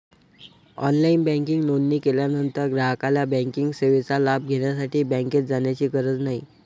online banking नोंदणी केल्यानंतर ग्राहकाला बँकिंग सेवेचा लाभ घेण्यासाठी बँकेत जाण्याची गरज नाही